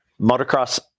motocross